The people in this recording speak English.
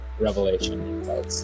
revelation